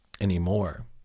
anymore